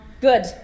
Good